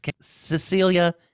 Cecilia